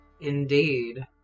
Indeed